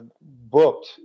booked